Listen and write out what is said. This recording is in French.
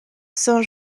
saint